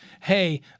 hey